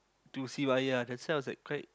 to Sivaya that's why I was like quite